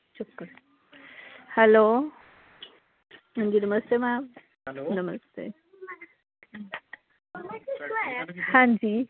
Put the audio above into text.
hello हां जी नमस्ते मैंम नमस्ते हां जी